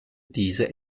diese